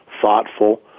thoughtful